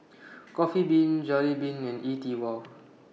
Coffee Bean Jollibean and E TWOW